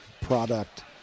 product